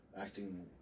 acting